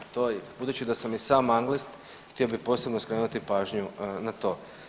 To je, budući da sam i sam anglist, htio bih posebno skrenuti pažnju na to.